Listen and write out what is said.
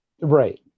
Right